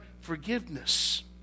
forgiveness